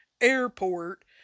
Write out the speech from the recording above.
airport